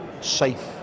safe